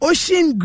Ocean